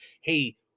hey